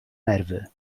nerwy